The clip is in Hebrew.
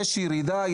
יש ירידה.